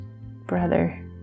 brother